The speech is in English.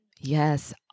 Yes